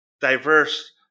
diverse